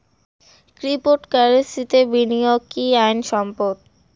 ক্রিপ্টোকারেন্সিতে বিনিয়োগ কি আইন সম্মত?